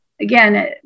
again